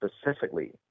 specifically